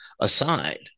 aside